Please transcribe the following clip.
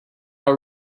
how